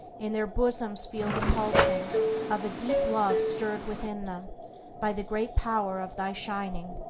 in their bosoms feel the pulsing of a deep love stirred within them by the great power of thy shining.